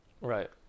Right